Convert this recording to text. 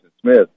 Smith